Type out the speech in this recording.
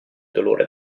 dolore